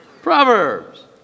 Proverbs